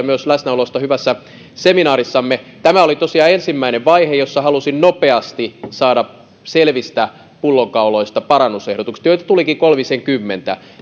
myös läsnäolosta hyvässä seminaarissamme tämä oli tosiaan ensimmäinen vaihe jossa halusin nopeasti saada selvistä pullonkauloista parannusehdotuksia joita tulikin kolmisenkymmentä